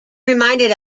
reminded